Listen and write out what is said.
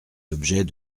l’objet